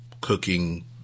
cooking